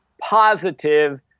positive